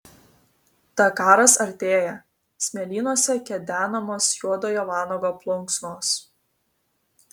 dakaras artėja smėlynuose kedenamos juodojo vanago plunksnos